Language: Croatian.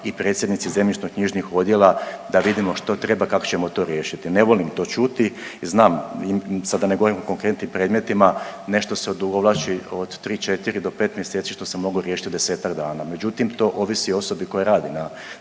i predsjednici zemljišno-knjižnih odjela da vidimo što treba kako ćemo to riješiti. Ne volim to čuti i znam, sad da ne govorim o konkretnim predmetima nešto se odugovlači od tri, četiri do pet mjeseci što se moglo riješiti u desetak dana, međutim to ovisi o osobi koja radi na